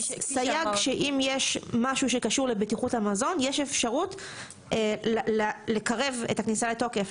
סייג שאם יש משהו שקשור לבטיחות המזון יש אפשרות לקרב את הכניסה לתוקף.